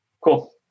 Cool